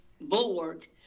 bulwark